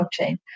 blockchain